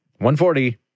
140